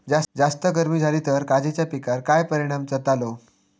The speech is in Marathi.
जास्त गर्मी जाली तर काजीच्या पीकार काय परिणाम जतालो?